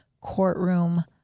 Courtroom